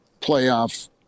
playoff